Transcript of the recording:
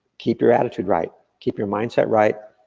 keep your attitude right, keep your mindset right,